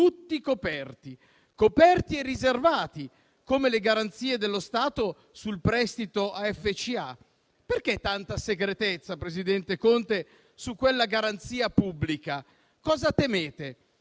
tutti coperti, coperti e riservati, come le garanzie dello Stato sul prestito a FCA. Perché tanta segretezza su quella garanzia pubblica, presidente